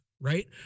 right